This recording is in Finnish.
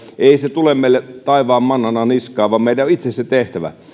tule meille taivaan mannana niskaan vaan meidän on itse se tehtävä